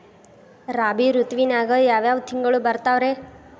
ರಾಬಿ ಋತುವಿನಾಗ ಯಾವ್ ಯಾವ್ ತಿಂಗಳು ಬರ್ತಾವ್ ರೇ?